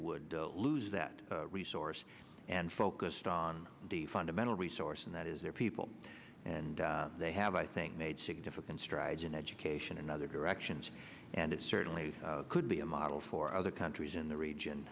would lose that resource and focused on the fundamental resource and that is their people and they have i think made significant strides in education and other directions and it certainly could be a model for other countries in the region